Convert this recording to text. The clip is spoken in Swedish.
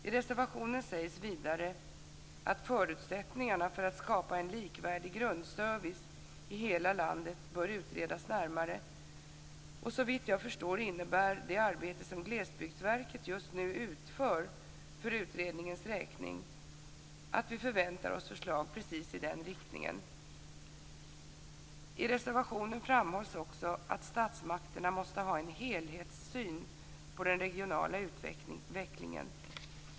I reservationen sägs vidare att förutsättningarna för att skapa en likvärdig grundservice i hela landet bör utredas närmare, och såvitt jag förstår innebär det arbete som Glesbygdsverket just nu utför för utredningens räkning att vi kan förvänta oss förslag precis i den riktningen. I reservationen framhålls också att statsmakterna måste ha en helhetssyn på den regionala utvecklingen.